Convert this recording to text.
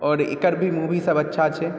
और एकर भी मुवी सब अच्छा छै